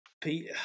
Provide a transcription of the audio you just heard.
Pete